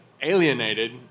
alienated